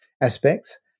aspects